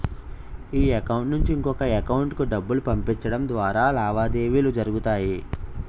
ఈ అకౌంట్ నుంచి ఇంకొక ఎకౌంటుకు డబ్బులు పంపించడం ద్వారా లావాదేవీలు జరుగుతాయి